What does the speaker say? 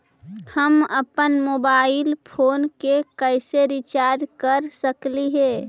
हम अप्पन mobile phone के कैसे रिचार्ज कर सकली हे?